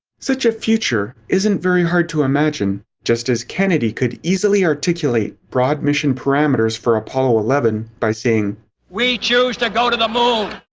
such a future isn't very hard to imagine. just as kennedy could easily articulate broad mission parameters for apollo eleven, by saying we choose to go to the moon,